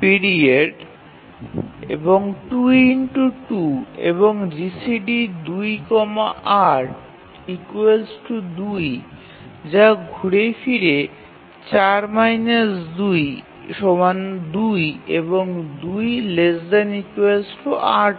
period ২ ২ এবং GCD ২৮ ২ যা ঘুরে ফিরে ৪ ২ ২ এবং ২ ≤ ৮ হয়